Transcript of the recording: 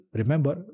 remember